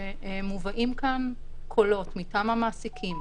כשמובאים כאן קולות מטעם המעסיקים,